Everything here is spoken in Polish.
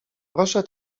proszę